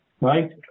right